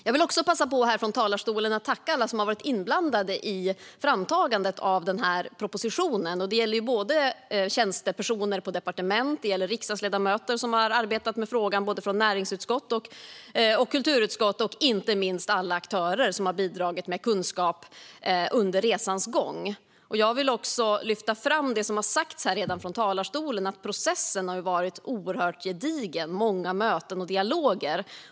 Jag vill också passa på att här från talarstolen tacka alla som har varit inblandade i framtagandet av propositionen. Det gäller tjänstepersoner på departement, riksdagsledamöter som har arbetat med frågan både från näringsutskottet och kulturutskottet och inte minst alla aktörer som har bidragit med kunskap under resans gång. Jag vill också lyfta fram det som redan har sagts här från talarstolen, nämligen att processen har varit oerhört gedigen med många möten och dialoger.